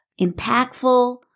impactful